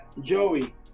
Joey